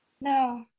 No